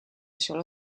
sólo